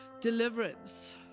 deliverance